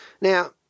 Now